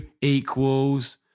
equals